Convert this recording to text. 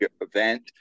event